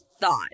thought